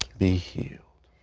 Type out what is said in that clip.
be healed.